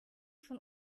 schon